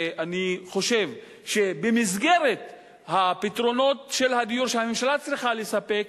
ואני חושב שבמסגרת הפתרונות של הדיור שהממשלה צריכה לספק,